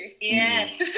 yes